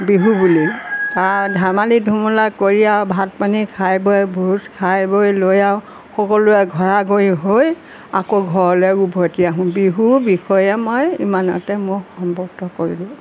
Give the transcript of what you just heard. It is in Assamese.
বিহু বুলি তাৰ ধেমালি ধুমুলা কৰি আৰু ভাত পানী খাই বৈ ভোজ খাই বৈ লৈ আৰু সকলোৱে ঘৰা ঘৰি হৈ আকৌ ঘৰলৈ ওভতি আহোঁ বিহুৰ বিষয়ে মই ইমানতে মোৰ সমাপ্ত কৰিলোঁ